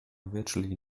virtually